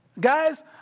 Guys